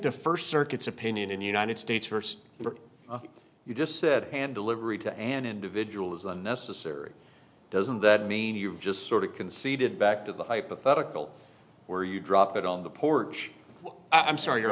the first circuits opinion in the united states first were you just said pan delivery to an individual is unnecessary doesn't that mean you've just sort of conceded back to the hypothetical where you dropped it on the porch i'm sorry